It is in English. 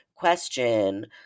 Question